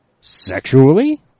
Sexually